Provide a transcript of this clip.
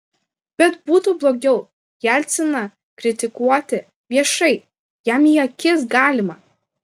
bet būtų blogiau jelciną kritikuoti viešai jam į akis galima